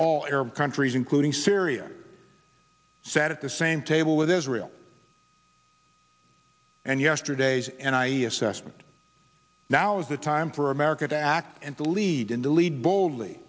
all arab countries including syria sat at the same table with israel and yesterday's and i assessed now is the time for america to act and to lead in to lead boldly